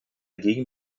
gegen